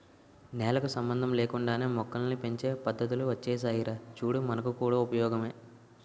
నేలకు సంబంధం లేకుండానే మొక్కల్ని పెంచే పద్దతులు ఒచ్చేసాయిరా చూడు మనకు కూడా ఉపయోగమే